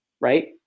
Right